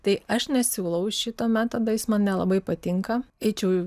tai aš nesiūlau šito metodo jis man nelabai patinka eičiau